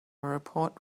report